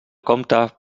comte